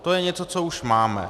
To je něco, co už máme.